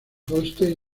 holstein